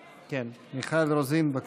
כן, מיכל רוזין, בבקשה.